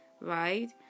Right